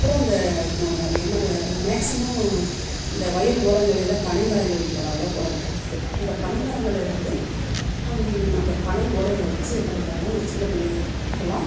அப்புறம் அந்த என்ன மேக்சிமம் இந்த வயல் ஓரங்களில் பனை மரங்கள் இங்கே நிறைய போடப்பட்டிருக்குது அந்த பனை மரங்கள்லேருந்து அந்த பனை ஓலைகளை வைச்சு என்ன பண்ணுறாங்க இந்த சின்னப்பிள்ளை எல்லாம்